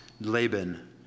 Laban